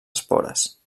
espores